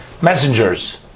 messengers